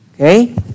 Okay